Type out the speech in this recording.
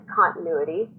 continuity